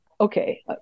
Okay